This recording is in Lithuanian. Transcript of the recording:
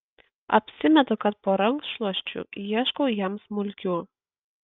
apsimetu kad po rankšluosčiu ieškau jam smulkių